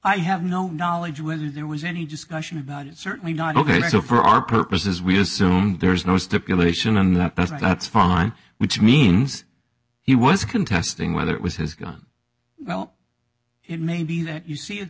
i have no knowledge whether there was any discussion about it certainly not ok so for our purposes we assume there is no stipulation and that doesn't that's fine which means he was contesting whether it was his gun well it may be that you see it